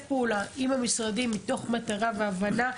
פעולה עם המשרדים מתוך מטרה והבנה.